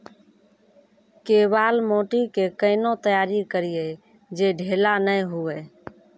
केवाल माटी के कैना तैयारी करिए जे ढेला नैय हुए?